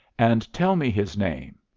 and tell me his name.